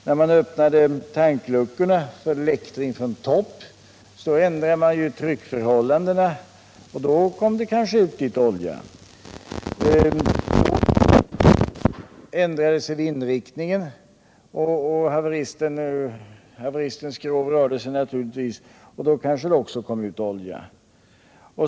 När man öppnade tankluckorna för läktring från topp ändrade man tryckförhållandena, och då kom det kanske ut litet olja. Då och då ändrade sig vindriktningen och haveristens skrov rörde sig naturligtvis. Då kanske det också kom ut olja.